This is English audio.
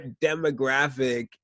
demographic